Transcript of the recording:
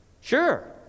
Sure